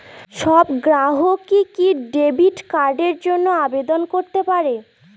সব গ্রাহকই কি ডেবিট কার্ডের জন্য আবেদন করতে পারে?